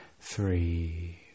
three